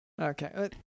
Okay